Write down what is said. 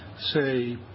say